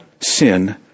sin